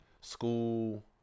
school